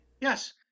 Yes